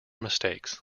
mistakes